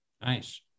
Nice